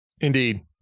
indeed